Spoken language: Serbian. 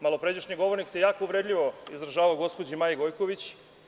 Malopređašnji govornik se jako uvredljivo izražavao o gospođi Maji Gojković.